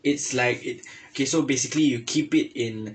it's like it okay so basically you keep it in